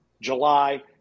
July